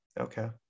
Okay